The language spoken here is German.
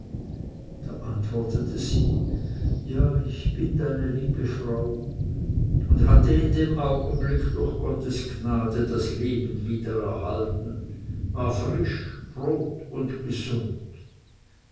da antwortete sie ja ich bin deine liebe frau und hatte in dem augenblick durch gottes gnade das leben wiedererhalten war frisch rot und gesund